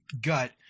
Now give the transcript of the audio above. gut